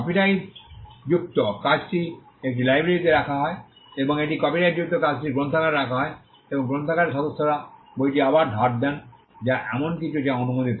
কপিরাইটযুক্ত কাজটি একটি লাইব্রেরিতে রাখা হয় এবং এটি কপিরাইটযুক্ত কাজটি গ্রন্থাগারে রাখা হয় এবং গ্রন্থাগারের সদস্যরা বইটি আবার ধার দেন যা এমন কিছু যা অনুমোদিত